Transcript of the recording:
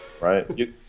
Right